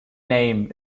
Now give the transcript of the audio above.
name